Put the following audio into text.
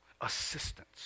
assistance